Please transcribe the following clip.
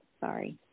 sorry